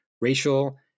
racial